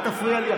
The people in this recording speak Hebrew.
אל תפריע לי.